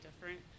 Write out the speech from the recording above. different